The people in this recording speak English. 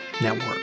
Network